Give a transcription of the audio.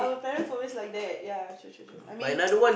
parents always like that ya true true true I mean